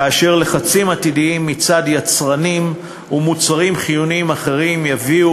כאשר לחצים עתידיים מצד יצרנים ומוצרים חיוניים אחרים יביאו